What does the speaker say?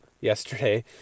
yesterday